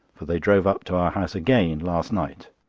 for they drove up to our house again last night.